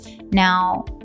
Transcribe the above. Now